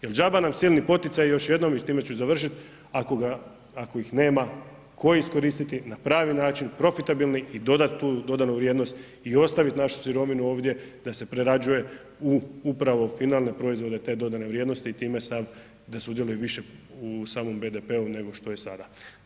Jer đaba nam silni poticaji još jednom i s time ću završit, ako ih nema tko iskoristiti na pravi način, profitabilni i dodat tu dodanu vrijednost i ostavit našu sirovinu ovdje da se prerađuje u upravo finalne proizvode te dodane vrijednosti i time sam, da sudjeluje više u samom BDP-u nego što je sada.